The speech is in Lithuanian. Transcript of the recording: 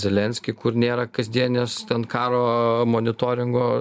zelenskį kur nėra kasdienės ten karo monitoringo